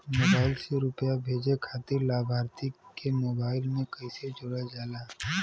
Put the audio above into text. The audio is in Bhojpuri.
मोबाइल से रूपया भेजे खातिर लाभार्थी के मोबाइल मे कईसे जोड़ल जाला?